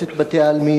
מועצת בתי-העלמין,